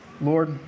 Lord